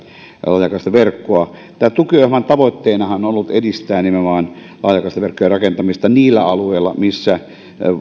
laajakaistaverkkoa tämän tukiohjelman tavoitteenahan on on ollut edistää nimenomaan laajakaistaverkkojen rakentamista niillä alueilla missä